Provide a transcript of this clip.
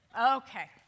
Okay